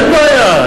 אין בעיה,